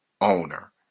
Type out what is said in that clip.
owner